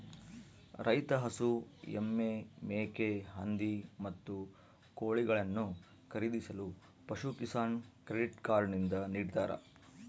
ರೈತ ಹಸು, ಎಮ್ಮೆ, ಮೇಕೆ, ಹಂದಿ, ಮತ್ತು ಕೋಳಿಗಳನ್ನು ಖರೀದಿಸಲು ಪಶುಕಿಸಾನ್ ಕ್ರೆಡಿಟ್ ಕಾರ್ಡ್ ನಿಂದ ನಿಡ್ತಾರ